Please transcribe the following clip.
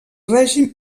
règim